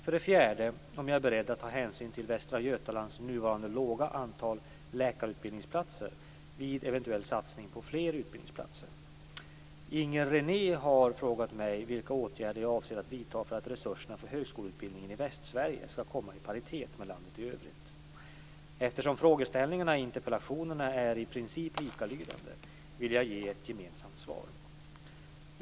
För det fjärde om jag är beredd att ta hänsyn till Västra Götalands nuvarande låga antal läkarutbildningsplatser vid eventuell satsning på fler utbildningsplatser. Västsverige skall komma i paritet med landet i övrigt. Eftersom frågeställningarna i interpellationerna är i princip likalydande vill jag ge ett gemensamt svar.